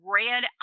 red